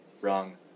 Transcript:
wrong